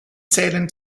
zählen